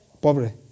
pobre